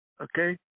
Okay